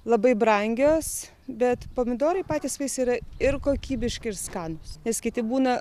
labai brangios bet pomidorai patys vaisiai yra ir kokybiški ir skanūs nes kiti būna